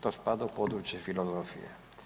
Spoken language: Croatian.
To spada u područje filozofije.